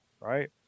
right